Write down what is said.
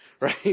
right